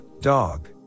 dog